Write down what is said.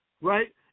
right